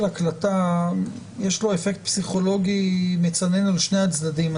הקלטה הוא בעל אפקט פסיכולוגי מצנן על שני הצדדים.